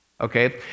Okay